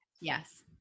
yes